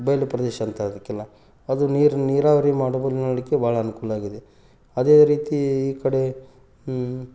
ಬಯಲು ಪ್ರದೇಶ ಅಂತ ಅದಕ್ಕೆಲ್ಲ ಅದು ನೀರು ನೀರಾವರಿ ಭಾಳ ಅನುಕೂಲ ಆಗಿದೆ ಅದೇ ರೀತಿ ಈ ಕಡೆ